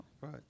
Right